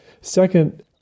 Second